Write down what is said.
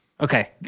Okay